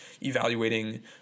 evaluating